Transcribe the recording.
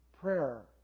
prayer